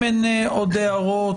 אם אין עוד הערות,